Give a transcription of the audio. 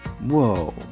Whoa